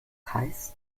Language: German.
heißt